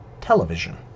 television